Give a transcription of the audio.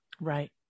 Right